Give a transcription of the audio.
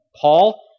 Paul